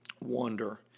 wonder